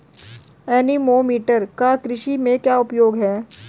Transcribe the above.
Anemometer का कृषि में क्या उपयोग है?